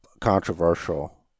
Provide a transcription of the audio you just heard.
controversial